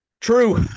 True